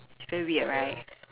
it's very weird right